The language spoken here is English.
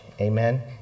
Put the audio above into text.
amen